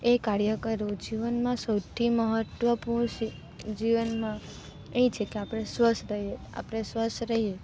એ કાર્ય કરવું જીવનમાં સૌથી મહત્વપૂર્ણ જીવનમાં એ છે કે આપણે સ્વસ્થ રહીએ આપણે સ્વસ્થ રહીએ